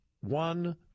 one